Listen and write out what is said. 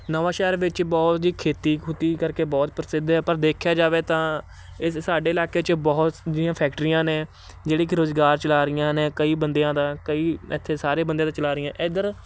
ਨਵਾਂਸ਼ਹਿਰ ਵਿੱਚ ਬਹੁਤ ਜੀ ਖੇਤੀ ਖੁਤੀ ਕਰਕੇ ਬਹੁਤ ਪ੍ਰਸਿੱਧ ਹੈ ਪਰ ਦੇਖਿਆ ਜਾਵੇ ਤਾਂ ਇਸ ਸਾਡੇ ਇਲਾਕੇ 'ਚ ਬਹੁਤ ਜੀਆਂ ਫੈਕਟਰੀਆਂ ਨੇ ਜਿਹੜੀ ਕਿ ਰੁਜ਼ਗਾਰ ਚਲਾ ਰਹੀਆਂ ਨੇ ਕਈ ਬੰਦਿਆਂ ਦਾ ਕਈ ਇੱਥੇ ਸਾਰੇ ਬੰਦਿਆਂ ਦਾ ਚਲਾ ਰਹੀਆਂ ਇੱਧਰ